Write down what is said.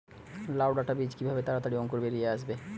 লাউ ডাটা বীজ কিভাবে তাড়াতাড়ি অঙ্কুর বেরিয়ে আসবে?